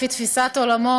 לפי תפיסת עולמו,